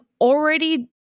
already